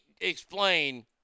explain